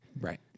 Right